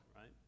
right